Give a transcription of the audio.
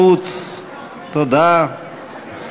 יש קואליציה, יש הסכמים